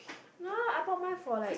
no ah I brought mine for like